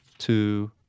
two